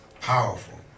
powerful